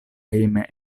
hejme